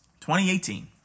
2018